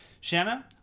Shanna